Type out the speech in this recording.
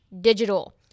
digital